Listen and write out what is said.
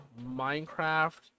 Minecraft